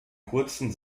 kurzen